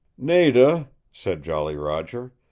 nada, said jolly roger.